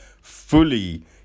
fully